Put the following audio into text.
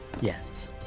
Yes